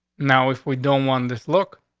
now, if we don't want this look,